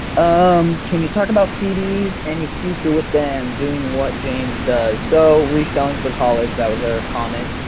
um can you talk about cds, any future with them doing what james does? so reselling for college that was their comment.